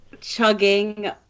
chugging